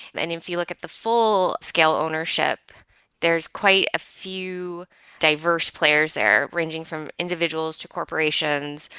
and if you look at the full scale ownership there's quite a few diverse players there ranging from individuals, to corporations,